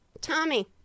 Tommy